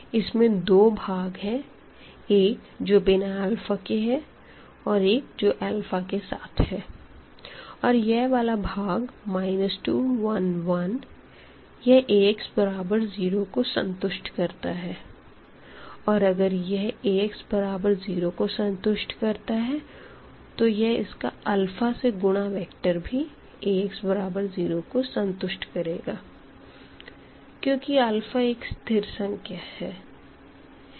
इसमें दो भाग है एक जो बिना अल्फा के हैं और एक जो अल्फा के साथ है और यह वाला भाग 2 1 1 यह Ax0को संतुष्ट करता है और अगर यह Ax0 को संतुष्ट करता है तो यह इसका अल्फा से गुना वेक्टर भी Ax0 को संतुष्ट करेगा क्योंकि अल्फा एक स्थिर संख्या है